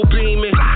beaming